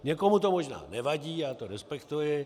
Někomu to možná nevadí, já to respektuji.